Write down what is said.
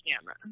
camera